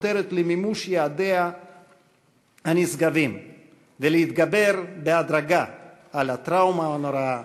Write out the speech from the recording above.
החותרת למימוש יעדיה הנשגבים ולהתגבר בהדרגה על הטראומה הנוראה